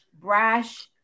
brash